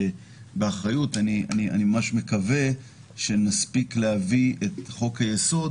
ואני ממש מקווה שנצליח להביא את חוק היסוד